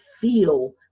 feel